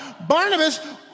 Barnabas